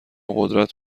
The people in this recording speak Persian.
قدرت